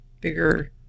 bigger –